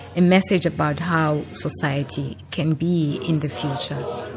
a message about how society can be in the future.